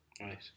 Right